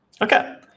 Okay